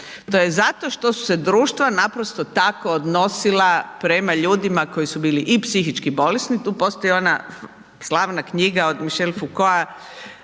To je zato što su se društva naprosto tako odnosila prema ljudima koji su bili i psihički bolesni, tu postoji ona slavna knjiga od Michaela Faucaulta